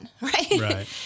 Right